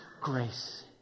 Grace